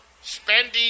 spending